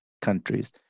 countries